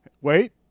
wait